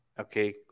Okay